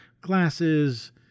glasses